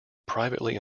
privately